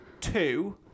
two